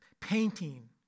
painting